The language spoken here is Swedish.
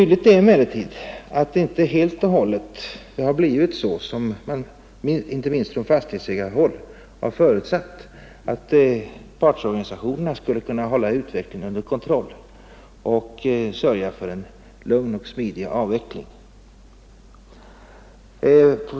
Det är också tydligt att det inte alltid har varit så som man inte minst från fastighetsägarhåll har förutsatt, nämligen att partsorganisationerna skulle kunna hålla utvecklingen under kontroll och sörja för en lugn och smidig avveckling av hyresregleringen.